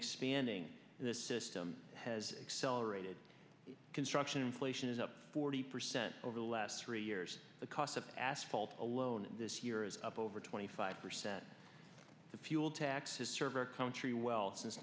expanding the system has accelerated construction inflation is up forty percent over the last three years the cost of asphalt alone this year is up over twenty five percent the fuel taxes serve our country well since